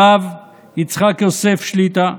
הרב יצחק יוסף שליט"א,